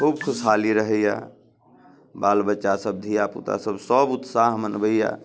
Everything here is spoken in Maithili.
खूब खुशहाली रहैये बाल बच्चा सब धिया पूता सब उत्साह मनबैये